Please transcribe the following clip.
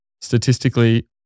statistically